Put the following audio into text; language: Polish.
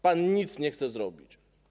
Pan nic nie chce zrobić.